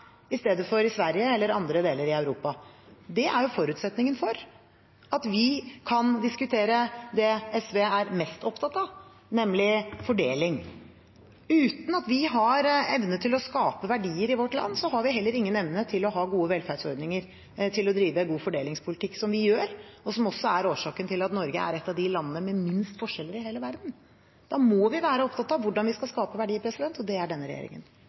i stedet for i Sverige eller i andre deler av Europa. Det er forutsetningen for at vi kan diskutere det SV er mest opptatt av, nemlig fordeling. Uten at vi har evne til å skape verdier i vårt land, har vi heller ingen evne til å ha gode velferdsordninger, drive god fordelingspolitikk – som vi gjør, og som også er årsaken til at Norge er et av de landene i hele verden med minst forskjeller. Da må vi være opptatt av hvordan vi skal skape verdier, og det er denne regjeringen.